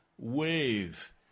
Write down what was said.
wave